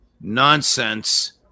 nonsense